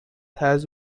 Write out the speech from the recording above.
has